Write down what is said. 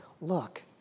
look